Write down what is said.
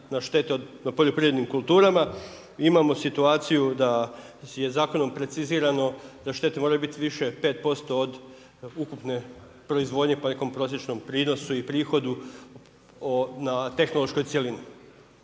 na štete na poljoprivrednim kulturama. Imamo situaciju da je zakonom precizirano da štete moraju biti više 50% od ukupne proizvodnje po nekom prosječnom prinosu i prihodu na tehnološkoj cjelini.